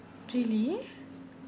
really